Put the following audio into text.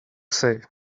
say